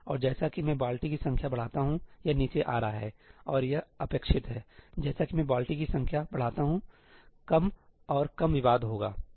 और जैसा कि मैं बाल्टी की संख्या बढ़ाता हूं यह नीचे आ रहा है और यह अपेक्षित है जैसा कि मैं बाल्टी की संख्या बढ़ाता हूं कम और कम विवाद होगा